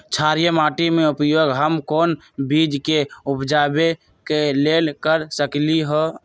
क्षारिये माटी के उपयोग हम कोन बीज के उपजाबे के लेल कर सकली ह?